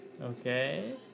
Okay